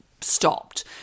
stopped